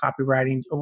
copywriting